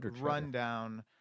rundown